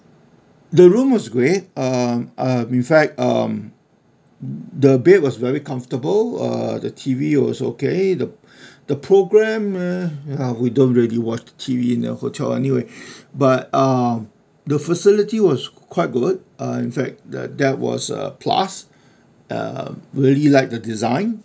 the room was great uh um in fact um the bed was very comfortable uh the T_V was okay the the programme uh ya we don't really watch the T_V in the hotel anyway but uh the facility was quite good uh in fact that that was a plus uh we really like the design